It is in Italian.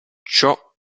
ciò